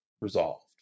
resolved